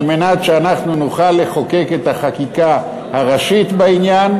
מנת שאנחנו נוכל לחוקק את החקיקה הראשית בעניין.